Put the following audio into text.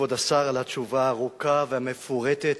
לכבוד השר על התשובה הארוכה והמפורטת